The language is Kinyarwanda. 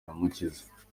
aramukiza